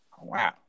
Wow